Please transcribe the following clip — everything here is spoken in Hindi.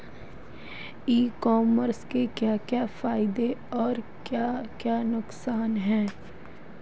ई कॉमर्स के क्या क्या फायदे और क्या क्या नुकसान है?